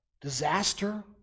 disaster